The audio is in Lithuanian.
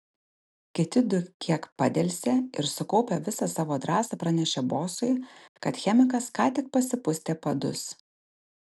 kiti du kiek padelsė ir sukaupę visą savo drąsą pranešė bosui kad chemikas ką tik pasipustė padus